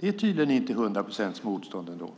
Det är tydligen inte hundra procents motstånd trots